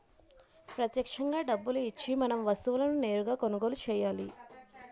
ప్రత్యక్షంగా డబ్బులు ఇచ్చి మనం వస్తువులను నేరుగా కొనుగోలు చేయాలి